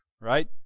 Right